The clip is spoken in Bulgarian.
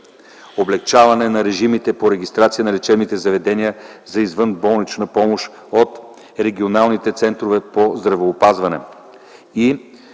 Облекчаване на режимите по регистрация на лечебните заведения за извънболнична помощ от регионалните центрове по здравеопазване